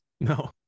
no